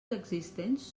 existents